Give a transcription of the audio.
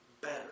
better